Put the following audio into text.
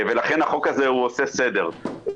לכן החוק הזה עושה סדר.